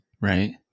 right